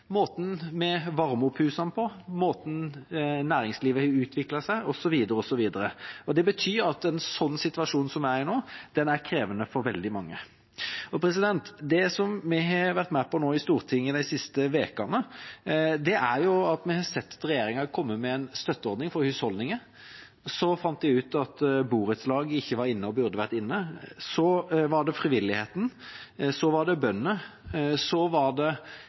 måten vi varmer opp husene på, ved måten næringslivet har utviklet seg på, osv. Det betyr at situasjonen vi er i nå, er krevende for veldig mange. Det vi har sett i Stortinget de siste ukene, er at regjeringa kom med en støtteordning for husholdningene, så fant de ut at borettslag ikke var inne i den, men burde ha vært inne, så var det frivilligheten, så var det bøndene, osv. Staten – kommunene, det